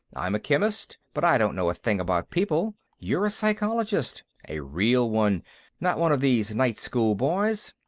i'm a chemist, but i don't know a thing about people. you're a psychologist. a real one not one of these night-school boys.